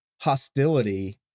hostility